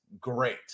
great